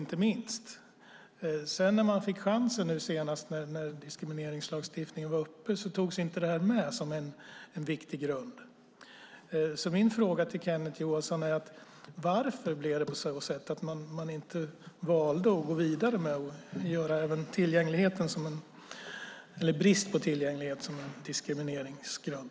Men när man fick chansen nu senast, när diskrimineringslagstiftning var uppe, togs det inte med som en viktig grund. Min fråga till Kenneth Johansson är alltså: Varför blev det så att man inte valde att gå vidare med att göra brist på tillgänglighet till en diskrimineringsgrund?